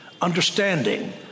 understanding